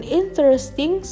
interesting